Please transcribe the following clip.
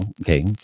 okay